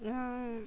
yeah